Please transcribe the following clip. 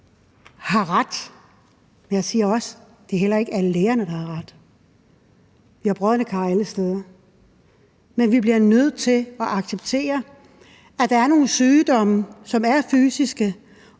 har ret. Jeg siger heller ikke, at det er alle lægerne, der har ret. Vi har brodne kar alle steder. Men vi bliver nødt til at acceptere, at der er nogle sygdomme, som er fysiske,